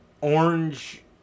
Orange